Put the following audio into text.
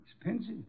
expensive